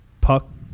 puck